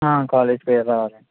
college పేరు రావాలండి